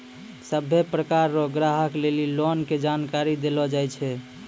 सभ्भे प्रकार रो ग्राहक लेली लोन के जानकारी देलो जाय छै